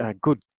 good